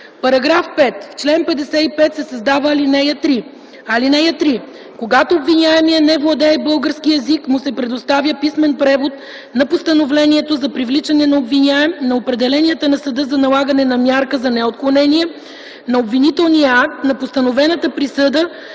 § 5: „§ 5. В чл. 55 се създава ал. 3: „(3) Когато обвиняемият не владее български език, му се предоставя писмен превод на постановлението за привличане на обвиняем, на определенията на съда за налагане на мярка за неотклонение, на обвинителния акт, на постановената присъда